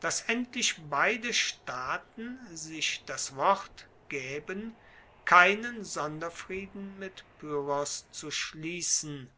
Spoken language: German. dass endlich beide staaten sich das wort gaeben keinen sonderfrieden mit pyrrhos zu schliessen